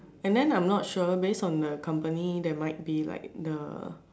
and then I'm not sure based on the company there might be like the